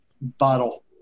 bottle